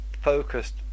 focused